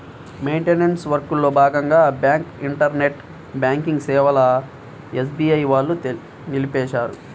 maintenance వర్క్లో భాగంగా bank internet banking సేవలను ఎస్బీఐ వాళ్ళు నిలిపేశారు